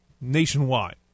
nationwide